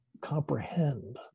comprehend